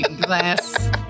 glass